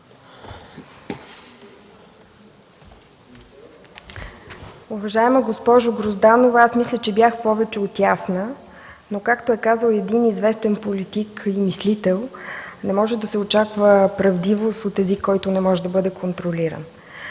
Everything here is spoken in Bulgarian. Уважаема госпожо Грозданова, аз мисля, че бях повече от ясна, но както е казал един известен политик и мислител: „Не може да се очаква правдивост от този, който не може да бъде контролиран.”